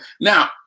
Now